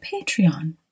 Patreon